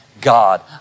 God